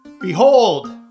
behold